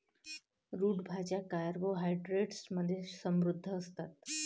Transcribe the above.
route भाज्या carbohydrates मध्ये समृद्ध असतात